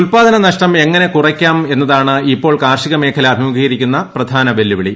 ഉല്പാദന നഷ്ടം എങ്ങനെ കുറയ്ക്കാമെന്നതാണ് ഇപ്പോൾ കാർഷികമേഖല അഭിമുഖീകരിക്കുന്ന പ്രധാന വെല്ലുവിളി